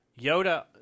Yoda